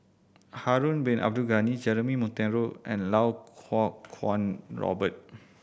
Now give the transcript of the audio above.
Harun Bin Abdul Ghani Jeremy Monteiro and Lau Kuo Kwong Robert